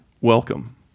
welcome